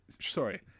sorry